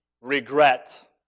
regret